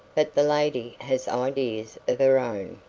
but the lady has ideas of her own.